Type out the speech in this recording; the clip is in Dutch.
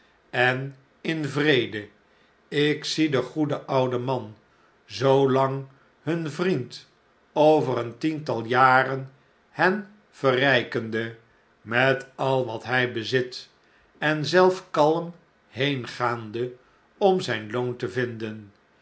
en in vrede ik zie den goeden ouden man zoo lang hun vriend over een tiental jaren hen verrijkende met al wat htj bezit en zelf kalm heengaande om zfln loon te vinden